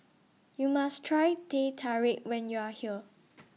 YOU must Try Teh Tarik when YOU Are here